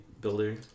builder